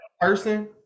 Person